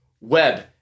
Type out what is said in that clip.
web